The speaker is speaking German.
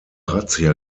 razzia